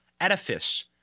edifice